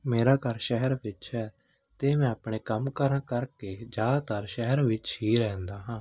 ਮੇਰਾ ਘਰ ਸ਼ਹਿਰ ਵਿੱਚ ਹੈ ਅਤੇ ਮੈਂ ਆਪਣੇ ਕੰਮਕਾਰਾਂ ਕਰਕੇ ਜ਼ਿਆਦਾਤਰ ਸ਼ਹਿਰ ਵਿੱਚ ਹੀ ਰਹਿੰਦਾ ਹਾਂ